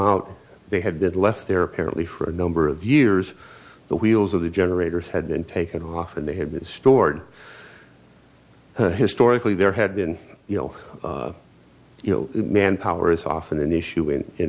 out they had been left there apparently for a number of years the wheels of the generators had been taken off and they had been stored historically there had been you know you know manpower is often an issue in